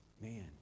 man